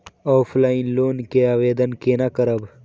Offline loan के आवेदन केना करब?